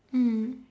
mm